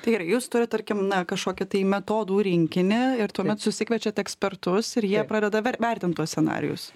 tai gerai jūs turit tarkim na kažkokį tai metodų rinkinį ir tuomet susikviečiat ekspertus ir jie pradeda ver vertint tuos scenarijus